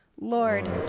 Lord